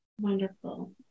Wonderful